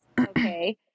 okay